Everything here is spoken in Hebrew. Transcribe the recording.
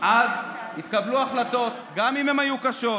אז התקבלו החלטות, גם אם הן היו קשות,